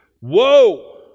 Whoa